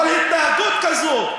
אבל התנהגות כזאת,